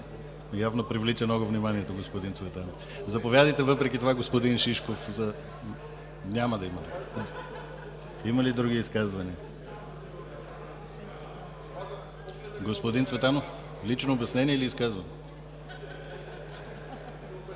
Явно привлича много вниманието, господин Цветанов. Заповядайте, въпреки това господин Шишков. Има ли други изказвания? Господин Цветанов, лично обяснение или изказване?